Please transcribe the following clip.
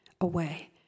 away